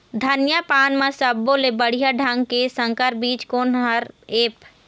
धनिया पान म सब्बो ले बढ़िया ढंग के संकर बीज कोन हर ऐप?